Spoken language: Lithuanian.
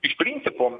iš principo